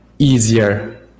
easier